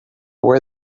were